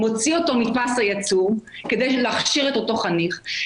מוציא אותו מפס הייצור כדי להכשיר את אותו חניך.